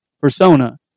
persona